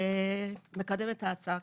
לקדם את ההצעה.